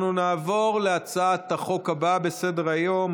אנחנו נעבור להצעת החוק הבאה בסדר-היום,